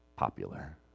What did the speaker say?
popular